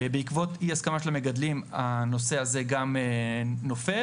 בעקבות אי-הסכמה של המגדלים, הנושא הזה גם נופל,